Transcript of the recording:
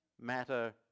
matter